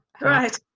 Right